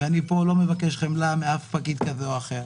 אני פה לא מבקש חמלה מאף פקיד כזה או אחר.